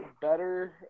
better